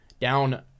down